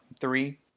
three